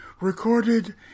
recorded